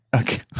Okay